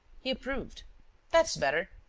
he approved that's better.